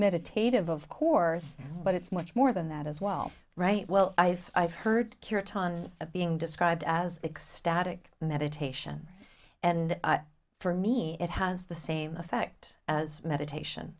meditative of course but it's much more than that as well right well i've i've heard cure a ton of being described as ecstatic meditation and for me it has the same effect as